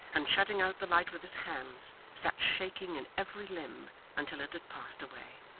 and shutting out the light with his hands, sat shaking in every limb until it had passed away.